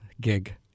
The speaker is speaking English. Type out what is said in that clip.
gig